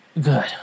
good